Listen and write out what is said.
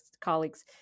colleagues